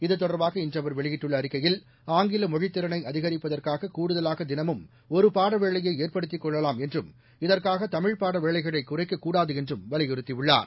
இத்தொடர்பாக இன்று அவர் வெளியிட்டுள்ள அறிக்கையில் ஆங்கில மொழித்திறனை அதிகரிப்பதற்காக கூடுதலாக தினமும் ஒரு பாட வேளையை ஏற்படுத்திக் கொள்ளலாம் என்றும் இதற்காக தமிழ்ப்பாட வேளைகளை குறைக்கக்கூடாது என்றும் வலியுறுத்தியுள்ளார்